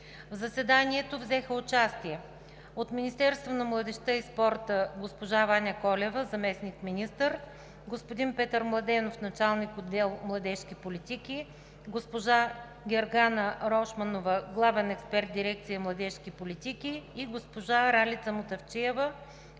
В заседанието взеха участие от Министерството на младежта и спорта: госпожа Ваня Колева – заместник-министър, господин Петър Младенов – началник-отдел „Младежки политики“, госпожа Гергана Рошманова – главен експерт дирекция „Младежки политики“, и госпожа Ралица Мутафчиева